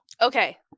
Okay